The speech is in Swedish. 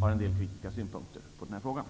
har en del kritiska synpunkter i frågan.